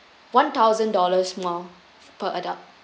one thousand dollars more per adult